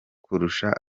kurusha